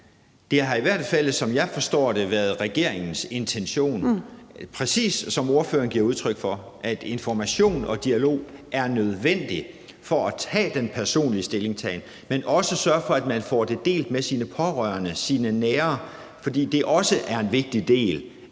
Det har i hvert fald, som jeg forstår det, været regeringens intention, præcis som ordføreren giver udtryk for, at information og dialog er nødvendigt for at tage den personlige stilling, men også for at sørge for, at man får det delt med sine pårørende, sine nære, fordi det også er en vigtig del af